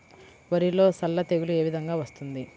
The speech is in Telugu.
వరిలో సల్ల తెగులు ఏ విధంగా వస్తుంది?